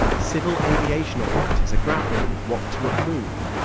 civil aviation authorities are grappling with what to approve.